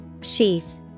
Sheath